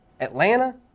Atlanta